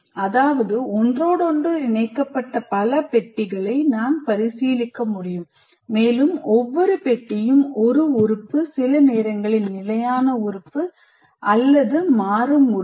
அதாவது ஒன்றோடொன்று இணைக்கப்பட்ட பல பெட்டிகளை நான் பரிசீலிக்க முடியும் மேலும் ஒவ்வொரு பெட்டியும் ஒரு உறுப்பு சில நேரங்களில் நிலையான உறுப்பு அல்லது மாறும் உறுப்பு